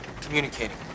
Communicating